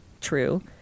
true